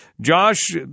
Josh